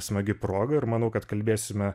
smagi proga ir manau kad kalbėsime